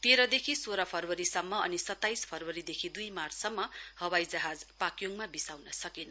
तेह्रदेखि सोह् फरवरीसम्म अनि सताइस फरवरीदेखि दुई मार्चसम्म हवाई जहाज पाक्योङमा बिसाउन सकेन